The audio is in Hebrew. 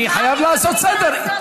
אני חייב לעשות סדר.